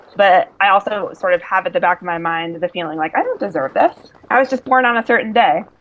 but i also sort of have at the back of my mind the feeling like i don't deserve this, i was just born on a certain day.